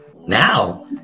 Now